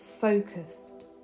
focused